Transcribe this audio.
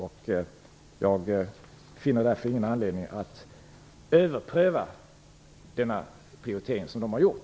Jag finner därför ingen anledning att överpröva den prioritering som de har gjort.